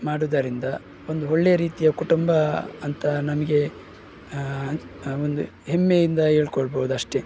ಮಾಡುವುದರಿಂದ ಒಂದು ಒಳ್ಳೆಯ ರೀತಿಯ ಕುಟುಂಬ ಅಂತ ನಮಗೆ ಒಂದು ಹೆಮ್ಮೆಯಿಂದ ಹೇಳ್ಕೊಳ್ಬೋದು ಅಷ್ಟೆ